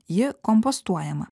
ji kompostuojama